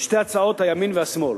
שתי הצעות הימין והשמאל